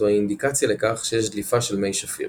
זוהי אינדיקציה לכך שיש דליפה של מי שפיר.